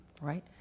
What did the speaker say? right